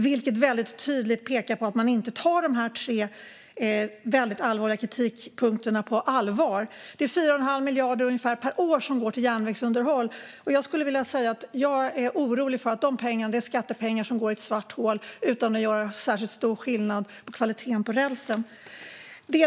Det pekar väldigt tydligt på att man inte tar dessa tre väldigt allvarliga kritikpunkter på allvar. Det är ungefär 4 1⁄2 miljard per år som går till järnvägsunderhåll. Jag är orolig för att de pengarna, och det är skattepengar, hamnar i ett svart hål utan att göra särskilt stor skillnad för kvaliteten på rälsen.